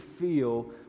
feel